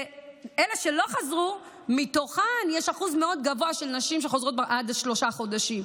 מתוך אלה שלא חזרו יש אחוז מאוד גבוה של נשים שחוזרות עד שלושה חודשים.